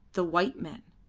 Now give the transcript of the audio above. the white men.